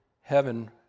heaven